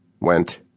went